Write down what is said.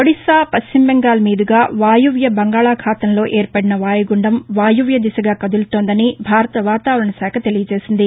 ఒడిశా పశ్చిమ బెంగాల్ మీదుగా వాయువ్య బంగాళాఖాతంలో ఏర్పడిన వాయుగుండం వాయువ్య దిశగా కదులుతోందని భారత వాతావరణ శాఖ తెలియజేసింది